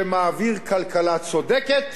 שמעביר כלכלה צודקת